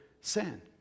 sin